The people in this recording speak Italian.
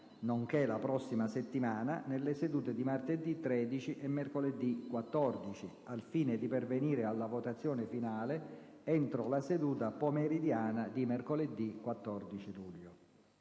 nonché la prossima settimana nelle sedute di martedì 13 e mercoledì 14, al fine di pervenire alla votazione finale entro la seduta pomeridiana di mercoledì 14 luglio.